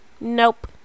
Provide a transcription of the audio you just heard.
Nope